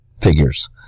figures